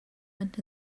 went